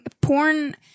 porn